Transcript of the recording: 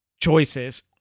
choices